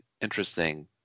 interesting